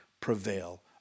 prevail